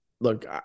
look